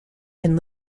and